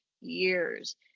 years